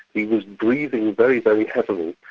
he was breathing very, very heavily,